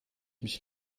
mich